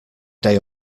day